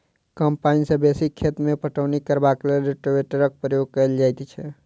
कम पाइन सॅ बेसी खेत मे पटौनी करबाक लेल रोटेटरक प्रयोग कयल जाइत छै